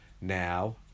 now